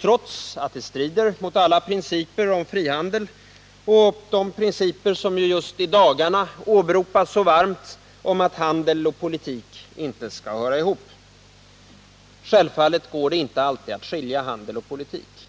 trots att det strider mot alla principer om frihandeln och de principer som just i dagarna åberopas så varmt om att handel och politik inte skall höra ihop. ende handelssanktioner mot Israel Självfallet går det inte alltid att skilja handel och politik.